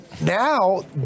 now